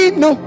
no